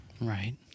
Right